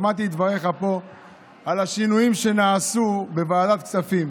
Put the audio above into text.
שמעתי את דבריך פה על השינויים שנעשו בוועדת הכספים.